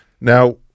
Now